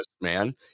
man